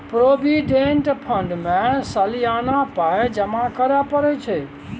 provident fund मे सलियाना पाइ जमा करय परय छै